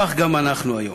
כך גם אנחנו, היום: